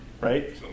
right